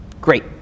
great